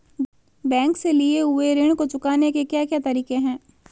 Bank से लिए हुए ऋण को चुकाने के क्या क्या तरीके हैं?